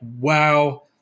wow